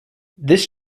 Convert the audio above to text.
this